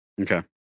Okay